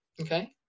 Okay